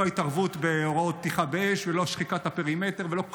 לא התערבות בהוראות פתיחה באש ולא שחיקת הפרימטר ולא כלום,